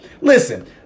Listen